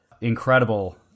incredible